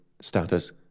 status